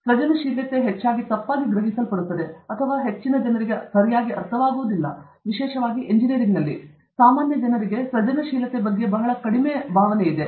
ಸೃಜನಶೀಲತೆ ಹೆಚ್ಚಾಗಿ ತಪ್ಪಾಗಿ ಗ್ರಹಿಸಲ್ಪಡುತ್ತದೆ ಅಥವಾ ಸರಿಯಾಗಿ ಅರ್ಥವಾಗುವುದಿಲ್ಲ ವಿಶೇಷವಾಗಿ ಎಂಜಿನಿಯರಿಂಗ್ನಲ್ಲಿ ಸಾಮಾನ್ಯವಾಗಿ ಜನರಿಗೆ ಸೃಜನಶೀಲತೆ ಬಹಳ ಕಡಿಮೆ ಎಂದು ಭಾವನೆ ಇದೆ